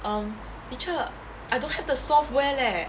um teacher I don't have the software leh